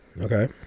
Okay